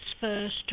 First